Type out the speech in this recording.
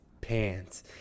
pants